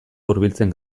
hurbiltzen